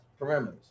perimeters